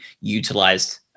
utilized